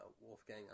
Wolfgang